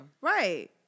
Right